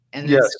Yes